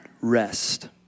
rest